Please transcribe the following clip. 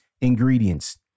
ingredients